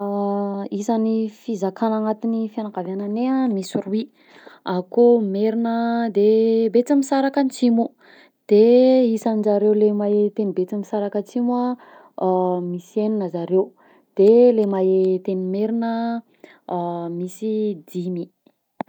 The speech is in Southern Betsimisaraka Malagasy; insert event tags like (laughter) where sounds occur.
(hesitation) Isan'ny fizakagna agnatin'ny fiagnankaviagnanay misy roy, akao merina de betsimisaraka antsimo, de isanjareo le mahe tegny betsimisaraka atsimo a (hesitation) misy enina zareo, de le mahe teny merina (hesitation) misy dimy.